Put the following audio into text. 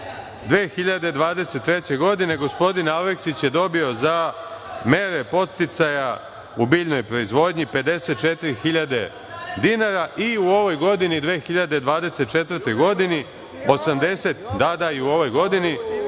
2023. godine gospodin Aleksić je dobio za mere podsticaja u biljnoj proizvodnji 54.000 dinara i u ovoj godini, 2024. godini, 80.206 dinara. Suma